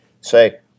say